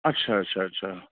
अच्छा अच्छा अच्छा